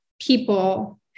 people